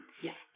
Yes